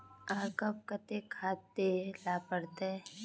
आर कब केते खाद दे ला पड़तऐ?